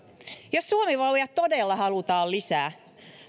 jos suomivauvoja todella halutaan lisää